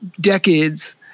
Decades